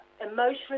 emotionally